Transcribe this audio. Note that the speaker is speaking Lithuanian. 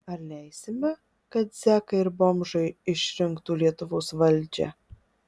ar leisime kad zekai ir bomžai išrinktų lietuvos valdžią